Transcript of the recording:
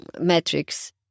metrics